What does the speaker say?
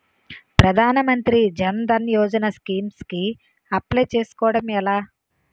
ప్రధాన మంత్రి జన్ ధన్ యోజన స్కీమ్స్ కి అప్లయ్ చేసుకోవడం ఎలా?